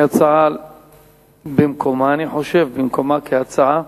זו הצעה במקומה, אני חושב, במקומה כהצעה,